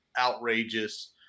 outrageous